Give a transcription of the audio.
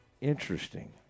Interesting